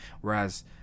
Whereas